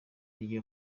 rye